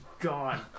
gone